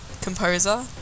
composer